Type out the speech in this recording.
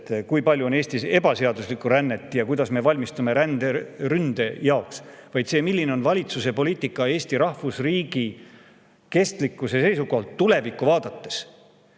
kui palju on Eestis ebaseaduslikku rännet ja kuidas me valmistume ränderündeks, vaid selles, milline on valitsuse poliitika Eesti rahvusriigi kestlikkuse seisukohalt tulevikku vaadates.